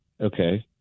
okay